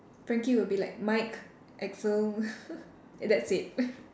Frankie will be like Mike Axl that's it